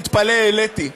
תתפלא, העליתי.